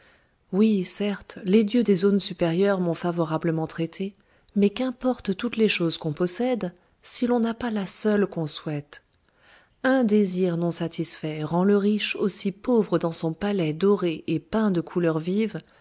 oui certes les dieux des zones supérieures m'ont favorablement traitée mais qu'importent toutes les choses qu'on possède si l'on n'a pas la seule qu'on souhaite un désir non satisfait rend le riche aussi pauvre dans son palais doré et peint de couleurs vives